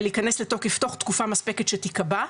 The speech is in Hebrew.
להיכנס לתוקף תוך תקופה מספקת שתיקבע,